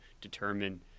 determine